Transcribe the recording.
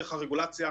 דרך הרגולציה,